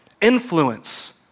influence